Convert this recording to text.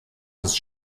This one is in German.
des